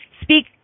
speak